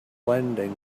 lending